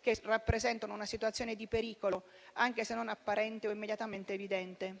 che rappresentano una situazione di pericolo, anche se non apparente o immediatamente evidente.